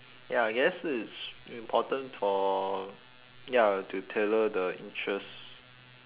ya I guess it's important for ya to tailor the interest